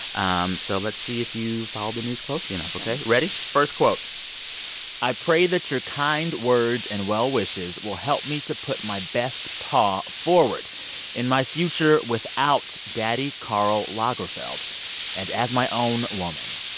um so let's see if you followed the news closely enough. ok? ready? first quote i pray that your kind words and well wishes will help me to put my best paw forward in my future without daddy karl lagerfeld and as my own woman.